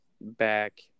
back